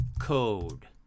code